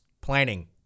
planning